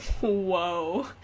whoa